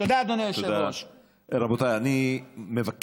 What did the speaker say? תודה רבה, אדוני.